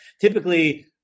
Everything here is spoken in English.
typically